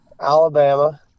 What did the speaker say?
Alabama